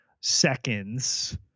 seconds